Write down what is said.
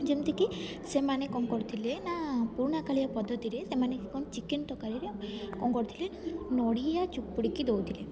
ଯେମିତିକି ସେମାନେ କଣ କରୁଥିଲେ ନା ପୁରୁଣା କାଳିଆ ପଦ୍ଧତିରେ ସେମାନେ କଣ ଚିକେନ୍ ତରକାରୀରେ କଣ କରୁଥିଲେ ନଡ଼ିଆ ଚିପୁଡ଼ିକି ଦେଉଥିଲେ